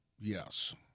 Yes